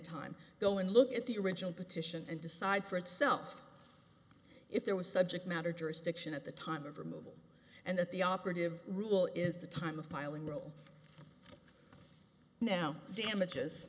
time go and look at the original petition and decide for itself if there was subject matter jurisdiction at the time of removal and that the operative rule is the time of filing roll now damages